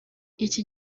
iki